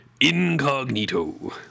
incognito